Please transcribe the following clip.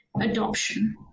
adoption